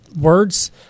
words